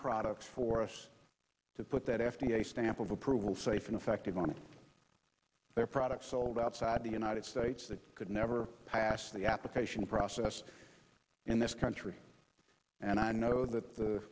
products for us to put that f d a stamp of approval safe and effective on their products sold outside the united states that could never pass the application process in this country and i know that the